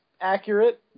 accurate